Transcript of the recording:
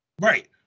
Right